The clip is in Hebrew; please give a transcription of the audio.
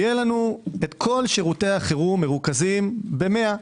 דמיינו רגע שיהיו לנו כל שירותי החירום מרוכזים ב-100.